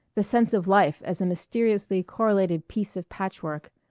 the sense of life as a mysteriously correlated piece of patchwork,